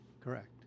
Correct